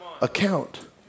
account